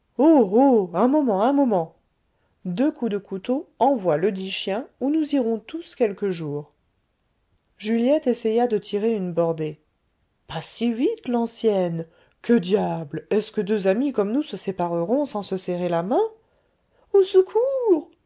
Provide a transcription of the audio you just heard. un moment un moment deux coups de couteau envoient ledit chien où nous irons tous quelque jour juliette essaya de tirer une bordée pas si vite l'ancienne que diable est-ce que deux amis comme nous se sépareront sans se serrer la main au secours